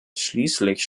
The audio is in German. schließlich